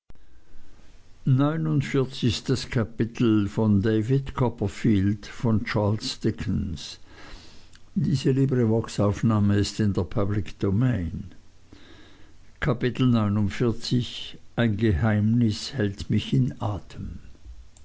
ein geheimnis hält mich in atem